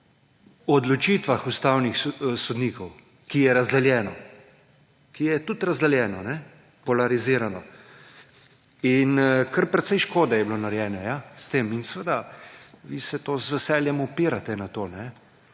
o odločitvah ustavnih sodnikov, ki je razdeljeno, ki je tudi razdeljeno, polarizirano. Kar precej škode je bilo narejeno s tem in seveda vi se to z veseljem upirate na to